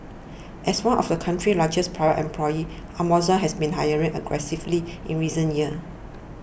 as one of the country's largest private employers Amazon has been hiring aggressively in recent years